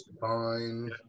Fine